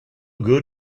good